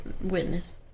witness